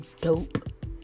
dope